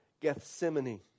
Gethsemane